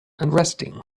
unresting